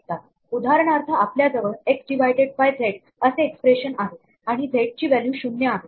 उदाहरणार्थ आपल्याजवळ X divided by Z असे एक्सप्रेशन आहे आणि झेड ची व्हॅल्यू शून्य आहे